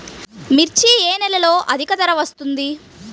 మిర్చి ఏ నెలలో అధిక ధర వస్తుంది?